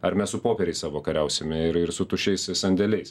ar mes su popieriais savo kariausime ir ir su tuščiais sandėliais